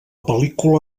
pel·lícula